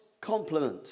compliment